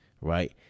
right